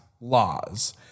laws